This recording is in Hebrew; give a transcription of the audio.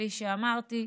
כפי שאמרתי,